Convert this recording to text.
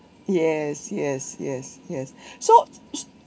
yes yes yes yes so